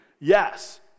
yes